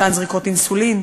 מתן זריקות אינסולין.